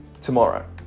tomorrow